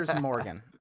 Morgan